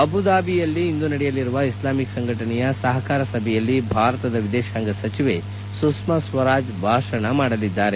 ಅಬುಧಾಬಿಯಲ್ಲಿ ಇಂದು ನಡೆಯಲಿರುವ ಇಸ್ಲಾಮಿಕ್ ಸಂಘಟನೆಯ ಸಹಕಾರ ಸಭೆಯಲ್ಲಿ ಭಾರತದ ವಿದೇಶಾಂಗ ವ್ಯವಹಾರಗಳ ಸಚಿವೆ ಸುಷ್ಮಾ ಸ್ವರಾಜ್ ಭಾಷಣ ಮಾಡಲಿದ್ದಾರೆ